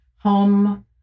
Home